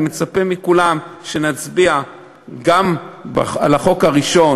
אני מצפה מכולם שנצביע גם על החוק הראשון